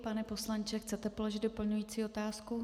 Pane poslanče, chcete položit doplňující otázku?